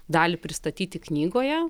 dalį pristatyti knygoje